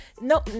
no